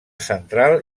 central